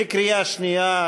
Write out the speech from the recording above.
בקריאה שנייה,